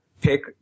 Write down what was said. pick